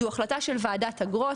זו החלטה של וועדת אגרות,